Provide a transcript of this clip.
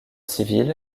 civil